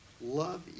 Love